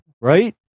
right